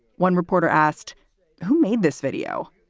one reporter asked who made this video?